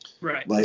Right